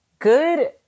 Good